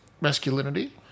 masculinity